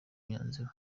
myanzuro